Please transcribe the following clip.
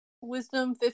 Wisdom